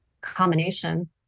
combination